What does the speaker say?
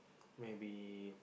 maybe